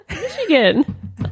Michigan